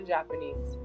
Japanese